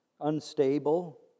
unstable